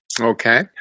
Okay